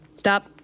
Stop